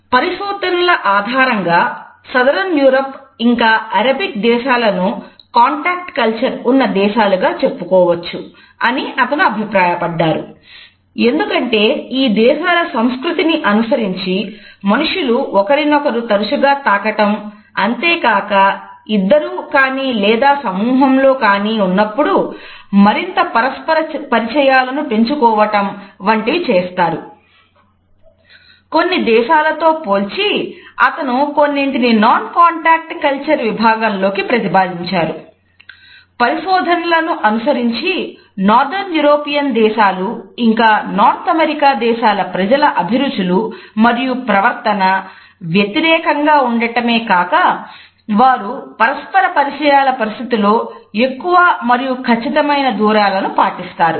పరిశోధనల ఆధారంగా southern Europe దేశాల ప్రజల అభిరుచులు మరియు ప్రవర్తన వ్యతిరేకంగా ఉండటమే కాక వారు పరస్పర పరిచయాల పరిస్థితులలో ఎక్కువ మరియు ఖచ్చితమైన దూరాలను పాటిస్తారు